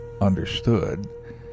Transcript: understood